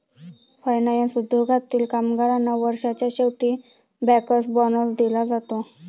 finance उद्योगातील कामगारांना वर्षाच्या शेवटी बँकर्स बोनस दिला जाते